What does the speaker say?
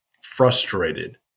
frustrated